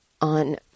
on